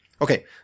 Okay